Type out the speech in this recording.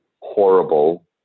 horrible